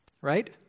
Right